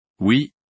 Oui